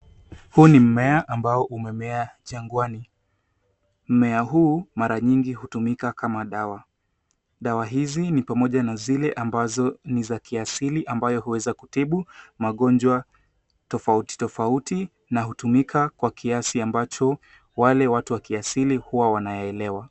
Huu ni mmea ambao umemea jangwani. Mmea huu mara nyingi hutumika kama dawa. Dawa hizi ni pamoja na zile ambazo ni za kiasili ambayo huweza kutibu magonjwa tofautitofauti na hutumika kwa kiasi ambacho wale watu wakiasili huwa wanaelewa.